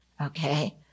Okay